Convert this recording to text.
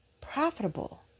profitable